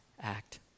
act